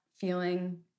feeling